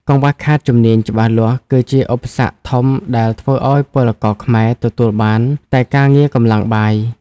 កង្វះខាតជំនាញច្បាស់លាស់គឺជាឧបសគ្គធំដែលធ្វើឱ្យពលករខ្មែរទទួលបានតែការងារកម្លាំងបាយ។